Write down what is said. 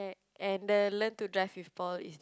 and the learn to dive with Paul is